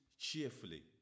cheerfully